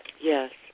Yes